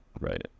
Right